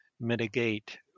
mitigate